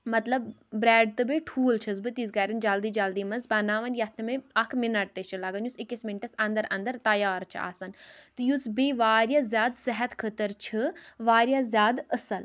مطلب برٛیٚڈ تہٕ بیٚیہِ ٹھوٗل چھَس بہٕ تِژھ گَرٮ۪ن جلدی جلدی منٛز بَناوان یَتھ نہٕ مےٚ اَکھ مِنَٹ تہِ چھُ لَگَان یُس أکِس مِنٹَس اَنٛدَر اَنٛدَر تیار چھُ آسان تہٕ یُس بیٚیہِ واریاہ زیادٕ صحت خٲطرٕ چھِ واریاہ زیادٕ اَصٕل